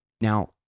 now